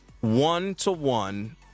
one-to-one